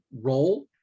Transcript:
role